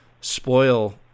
spoil